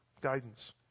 guidance